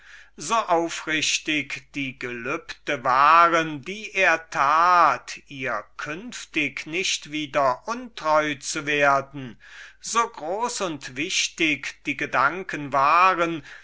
so aufrichtig die gelübde waren die er tat ihr künftig nicht wieder ungetreu zu werden so groß und wichtig die gedanken waren